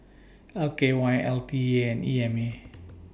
L K Y LT A and E M A